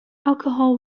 alcohol